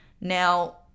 Now